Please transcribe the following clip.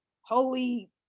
holy